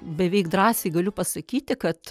beveik drąsiai galiu pasakyti kad